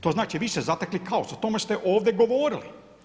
To znači vi ste zatekli kaos, o tome ste ovdje govorili.